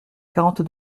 quarante